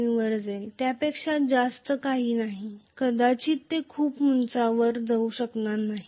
3 वर जाईल त्यापेक्षा जास्त काही नाही कदाचित ते खूप उंचावर जाऊ शकणार नाही